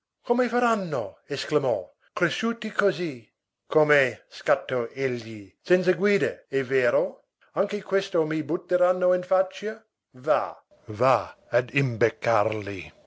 come faranno esclamò cresciuti così come scattò egli senza guida è vero anche questo mi butteranno in faccia va va ad imbeccarli